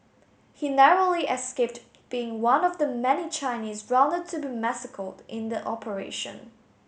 he narrowly escaped being one of the many Chinese rounded to be massacred in the operation